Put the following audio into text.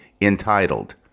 entitled